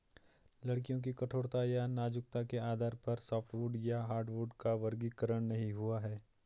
लकड़ियों की कठोरता या नाजुकता के आधार पर सॉफ्टवुड या हार्डवुड का वर्गीकरण नहीं हुआ है